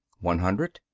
one hundred.